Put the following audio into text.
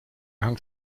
hangt